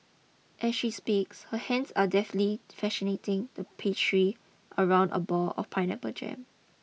as she speaks her hands are deftly fashioning the pastry around a ball of pineapple jam